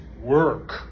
work